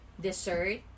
dessert